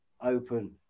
open